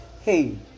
Hey